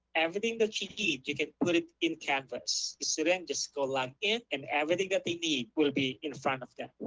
everything that you need, you can put it in canvas. the student just go like login and everything that they need will be in front of them.